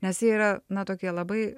nes jie yra na tokie labai